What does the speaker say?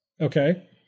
Okay